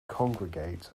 congregate